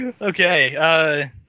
Okay